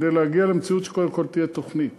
כדי להגיע למציאות שקודם כול תהיה תוכנית.